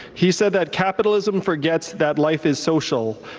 he said that capitalism forgets that life is social.